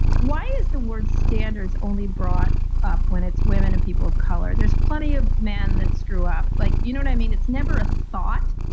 why is the word standards only brought up when it's women and people of color? there's plenty of men that screw up. like you know and it's never a thought,